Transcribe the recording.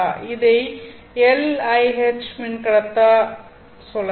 இதை எல்ஐஎச் மின்கடத்தா சொல்லலாம்